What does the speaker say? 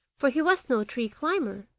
for he was no tree-climber.